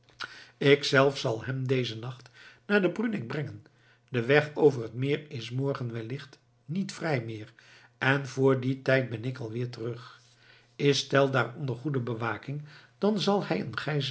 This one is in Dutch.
zelf zal hem dezen nacht naar den bruneck brengen de weg over het meer is morgen wellicht niet vrij meer en vr dien tijd ben ik alweer terug is tell daar onder goede bewaking dan zal hij een